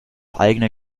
eigene